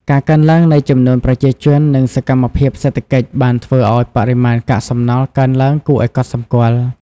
ការកើនឡើងនៃចំនួនប្រជាជន និងសកម្មភាពសេដ្ឋកិច្ច បានធ្វើឲ្យបរិមាណកាកសំណល់កើនឡើងគួរឲ្យកត់សម្គាល់។